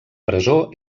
presó